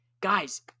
Guys